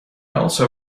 also